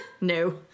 No